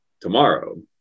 tomorrow